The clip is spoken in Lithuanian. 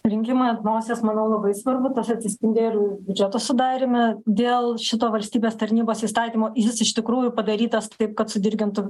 rinkimai ant nosies manau labai svarbu tas atsispindi ir biudžeto sudaryme dėl šito valstybės tarnybos įstatymo jis iš tikrųjų padarytas taip kad sudirgintų